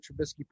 Trubisky